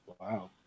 wow